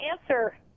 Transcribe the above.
answer